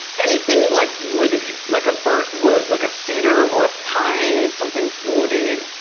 anything like woody, like a burnt wood. like a cedar or a pine, something oody.